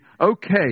okay